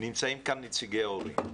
נמצאים כאן נציגי ההורים.